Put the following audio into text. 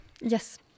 yes